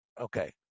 Okay